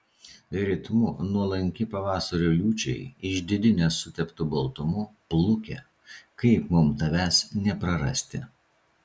ritmu nuolanki pavasario liūčiai išdidi nesuteptu baltumu pluke kaip mums tavęs neprarasti